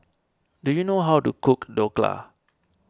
do you know how to cook Dhokla